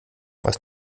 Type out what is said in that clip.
was